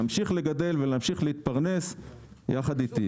להמשיך לגדל ולהמשיך להתפרנס יחד אתי.